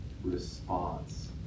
response